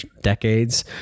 decades